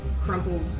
crumpled